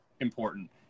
important